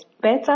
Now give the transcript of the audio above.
better